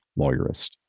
lawyerist